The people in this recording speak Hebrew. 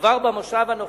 כבר במושב הנוכחי,